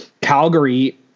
Calgary